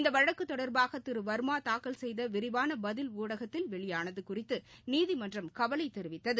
இந்தவழக்குதொடர்பாகதிருவர்மா தாக்கல் செய்தவிரிவானபதில் ஊடகத்தில் வெளியானதுகுறித்துநீதிமன்றம் கவலைதெரிவித்தது